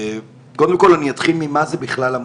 קודם כל אני אתחיל ממה זה בכלל,